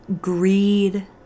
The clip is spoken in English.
greed